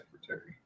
secretary